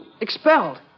expelled